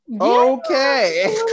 okay